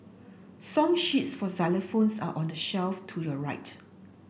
song sheets for xylophones are on the shelf to your right